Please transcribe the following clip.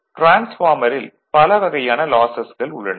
டிரான்ஸ்பார்மரில் பல வகையான லாசஸ்கள் உள்ளன